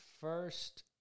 first